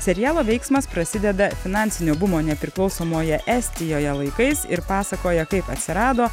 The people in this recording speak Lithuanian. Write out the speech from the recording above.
serialo veiksmas prasideda finansinio bumo nepriklausomoje estijoje laikais ir pasakoja kaip atsirado